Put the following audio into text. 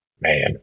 man